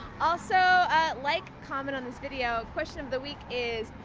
also like, comment on this video. question of the week is.